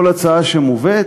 כל הצעה שמובאת,